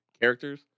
characters